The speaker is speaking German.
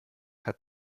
hat